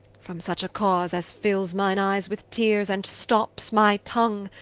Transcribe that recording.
from such a cause, as fills mine eyes with teares, and stops my tongue,